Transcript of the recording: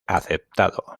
aceptado